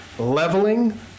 leveling